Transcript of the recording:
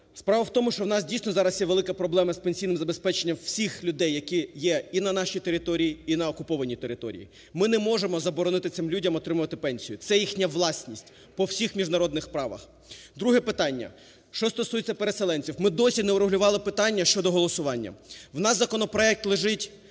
Справа в тому, що у нас дійсно зараз є велика проблема з пенсійним забезпеченням всіх людей, які є і на нашій території, і на окупованій території. Ми не можемо заборонити цим людям отримувати пенсію, це їхня власність по всіх міжнародних правах. Друге питання. Що стосується переселенців. Ми досі не врегулювали питання щодо голосування. У нас законопроект лежить